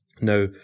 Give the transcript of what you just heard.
Now